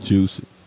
Juicy